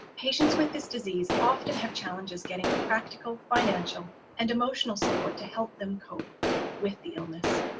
patients with this disease often have challenges getting the practical, financial and emotional support to help them cope with the illness,